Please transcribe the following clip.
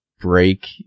break